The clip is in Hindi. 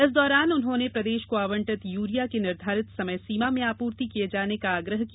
इस दौरान उन्होंने प्रदेश को आवंटित यूरिया की निर्धारित समय सीमा में आपूर्ति किये जाने का आग्रह किया